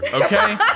okay